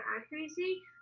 accuracy